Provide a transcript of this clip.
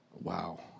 wow